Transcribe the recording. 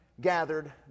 gathered